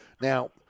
Now